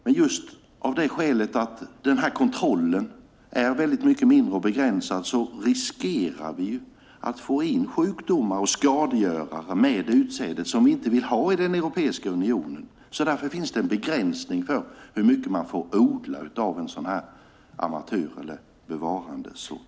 Men just därför att kontrollen är väldigt mycket mindre och begränsad riskerar vi att med det utsädet få in sjukdomar och skadegörare som vi inte vill ha i Europeiska unionen. Därför finns det en begränsning för hur mycket av en sådan här amatör eller bevarandesort man får odla.